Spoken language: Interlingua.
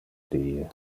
die